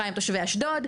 קרה עם תושבי אשדוד.